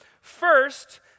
first